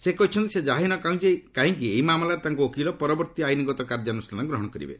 ସେ କହିଛନ୍ତି ସେ ଯାହାହେଉନା କାହିଁକି ଏହି ମାମଲାରେ ତାଙ୍କ ଓକିଲ ପରବର୍ତ୍ତୀ ଆଇନଗତ କାର୍ଯ୍ୟାନୁଷ୍ଠାନ ଗ୍ରହଣ କରିବେ